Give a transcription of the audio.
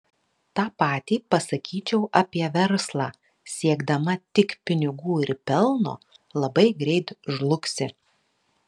tą patį pasakyčiau apie verslą siekdama tik pinigų ir pelno labai greit žlugsi